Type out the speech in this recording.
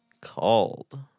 called